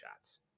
shots